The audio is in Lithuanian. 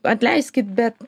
atleiskit bet